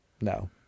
No